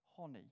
Honey